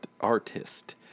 artist